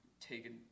taken